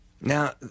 Now